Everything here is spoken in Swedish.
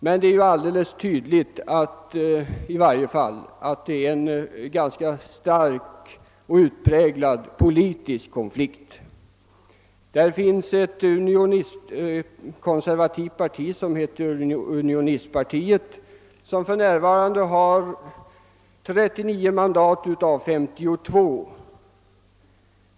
Det är i varje fall alldeles tydligt att det är en utpräglad politisk konflikt. Det finns ett konservativt parti, unionistpartiet, som för närvarande har 39 mandat av 52.